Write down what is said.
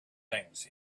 things